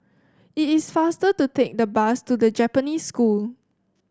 it is faster to take the bus to The Japanese School